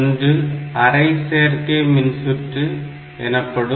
ஒன்று அரை சேர்க்கை மின்சுற்று எனப்படும்